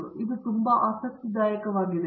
ಈಗ ಇದು ತುಂಬಾ ಆಸಕ್ತಿದಾಯಕವಾಗಿದೆ